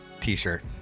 t-shirt